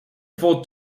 fout